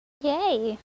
Yay